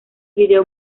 video